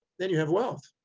then you have wealth.